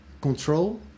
control